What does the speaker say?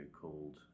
called